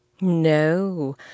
No